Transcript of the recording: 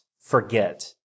forget